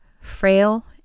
frail